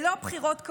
ללא בחירות,